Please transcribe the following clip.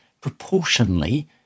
proportionally